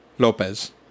lopez